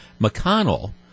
McConnell